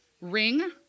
Ring